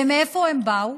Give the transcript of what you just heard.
ומאיפה הם באו?